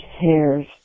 hairs